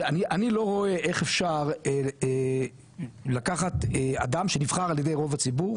אני לא רואה איך אפשר לקחת אדם שנבחר על ידי רוב הציבור